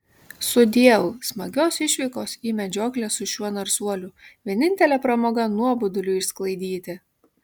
sudieu smagios išvykos į medžioklę su šiuo narsuoliu vienintelė pramoga nuoboduliui išsklaidyti